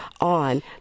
on